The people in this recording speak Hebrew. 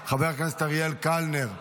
חבר הכנסת אריאל קלנר,